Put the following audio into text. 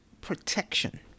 protection